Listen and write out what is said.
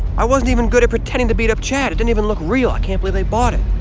i wasn't even good at pretending to beat up chad. it didn't even look real i can't believe they bought it.